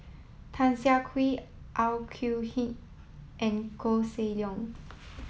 Tan Siah Kwee Au Yee and Koh Seng Leong